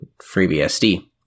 FreeBSD